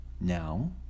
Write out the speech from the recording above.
Now